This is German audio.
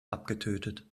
abgetötet